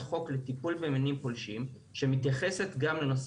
חוק לטיפול במינים פולשים שמתייחסת גם לנושא